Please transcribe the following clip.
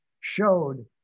showed